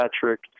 Patrick